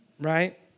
right